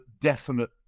definite